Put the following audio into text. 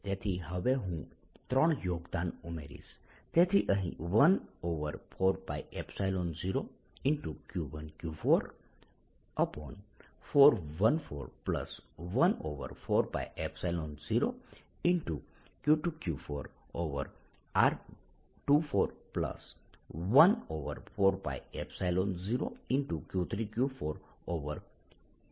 તેથી હવે હું ત્રણ યોગદાન ઉમેરીશ તેથી અહીં 14π0Q1Q4r1414π0Q2Q4r2414π0Q3Q4r34